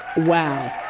wow,